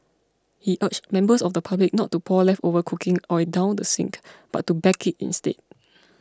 he urged members of the public not to pour leftover cooking oil down the sink but to bag it instead